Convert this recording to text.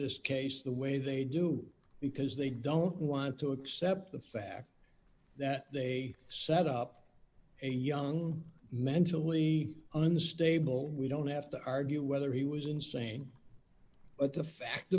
this case the way they do because they don't want to accept the fact that they set up a young mentally unstable we don't have to argue whether he was insane but the fact